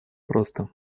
просто